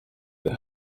the